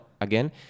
Again